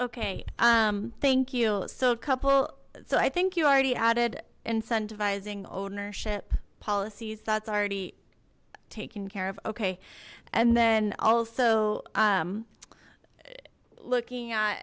okay um thank you so a couple so i think you already added incentivizing ownership policies that's already taken care of okay and then also looking at